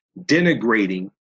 denigrating